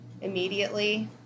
immediately